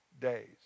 days